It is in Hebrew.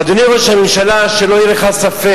אדוני ראש הממשלה, שלא יהיה לך ספק: